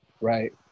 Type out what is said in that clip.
right